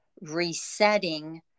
resetting